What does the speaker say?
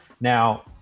Now